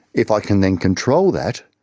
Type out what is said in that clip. if i can then control that,